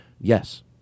yes